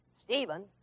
Stephen